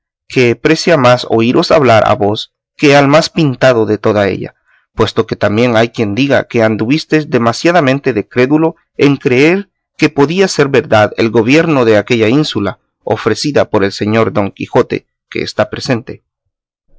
que precia más oíros hablar a vos que al más pintado de toda ella puesto que también hay quien diga que anduvistes demasiadamente de crédulo en creer que podía ser verdad el gobierno de aquella ínsula ofrecida por el señor don quijote que está presente